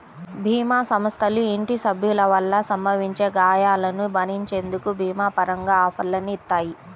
భీమా సంస్థలు ఇంటి సభ్యుల వల్ల సంభవించే గాయాలను భరించేందుకు భీమా పరంగా ఆఫర్లని ఇత్తాయి